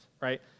right